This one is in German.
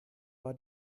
war